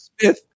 smith